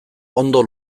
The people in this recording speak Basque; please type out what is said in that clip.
ondo